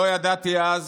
לא ידעתי אז